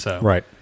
Right